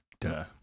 Duh